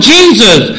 Jesus